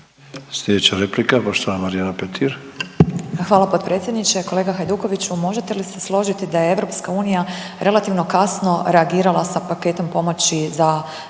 Marijana Petir. **Petir, Marijana (Nezavisni)** Hvala potpredsjedniče. Kolega Hajdukoviću, možete li se složiti da je EU relativno kasno reagirala sa paketom pomoći za